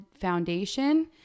foundation